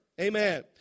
Amen